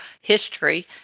history